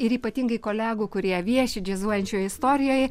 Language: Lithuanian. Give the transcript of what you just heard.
ir ypatingai kolegų kurie vieši džiazuojančioje istorijoje